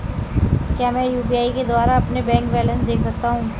क्या मैं यू.पी.आई के द्वारा अपना बैंक बैलेंस देख सकता हूँ?